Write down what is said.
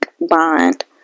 bond